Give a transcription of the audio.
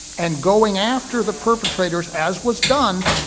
and going after the perpetrators as was done,